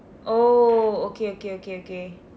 oh okay okay okay okay